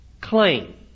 claim